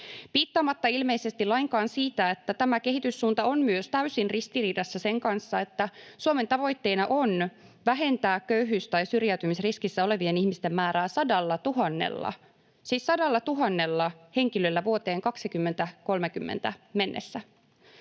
piittaamatta ilmeisesti lainkaan siitä, että tämä kehityssuunta on myös täysin ristiriidassa sen kanssa, että Suomen tavoitteena on vähentää köyhyys- tai syrjäytymisriskissä olevien ihmisten määrää 100 000:lla — siis 100 000 henkilöllä — vuoteen 2030 mennessä.